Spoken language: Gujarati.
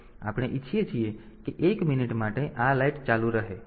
તેથી આપણે ઈચ્છીએ છીએ કે 1 મિનિટ માટે આ લાલ લાઈટ ચાલુ રહે